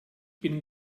bin